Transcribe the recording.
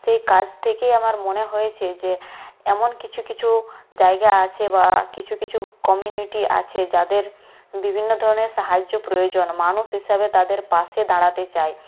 সেই কাজ থেকেই আমার মনে হয়েছে যে এমন কিছু কিছু জায়গা আছে বা কিছু কিছু কমিউনিটি আছে যাদের বিভিন্ন ধরনের সাহায্য প্রয়োজন মানুষ হিসাবে তাদের পাশে দাঁড়াতে চাই